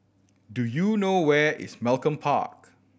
do you know where is Malcolm Park